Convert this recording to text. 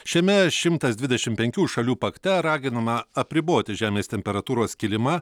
šiame šimtas dvidešim penkių šalių pakte raginama apriboti žemės temperatūros kilimą